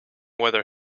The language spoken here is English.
weather